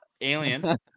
Alien